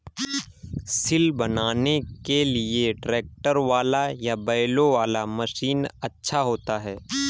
सिल बनाने के लिए ट्रैक्टर वाला या बैलों वाला मशीन अच्छा होता है?